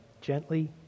gently